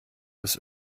des